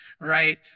right